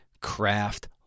Craft